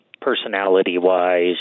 personality-wise